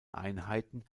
einheiten